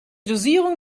dosierung